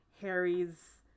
Harry's